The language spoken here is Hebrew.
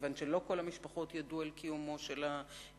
כיוון שלא כל המשפחות ידעו על קיומו של הניסוי,